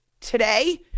today